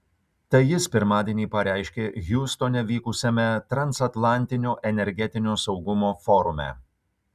tai jis pirmadienį pareiškė hjustone vykusiame transatlantinio energetinio saugumo forume